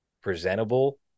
presentable